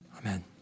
Amen